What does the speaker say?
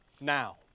Now